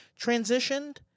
transitioned